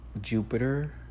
Jupiter